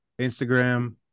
Instagram